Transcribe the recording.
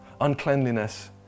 uncleanliness